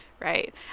Right